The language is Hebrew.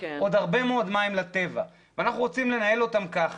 עוד הרבה מאוד מים לטבע ואנחנו רוצים לנהל אותם כך